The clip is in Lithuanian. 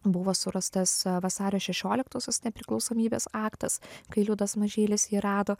buvo surastas vasario šešioliktosios nepriklausomybės aktas kai liudas mažylis jį rado